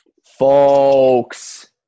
Folks